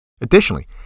Additionally